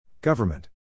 Government